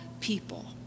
people